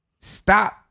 stop